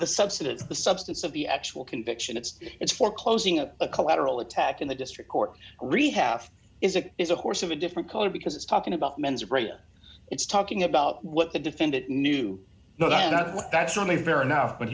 the substance the substance of the actual conviction it's it's for closing up a collateral attack in the district court re half is a is a horse of a different color because it's talking about mens rea it's talking about what the defendant knew no